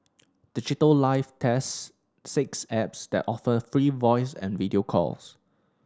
Digital Life tests six apps that offer free voice and video calls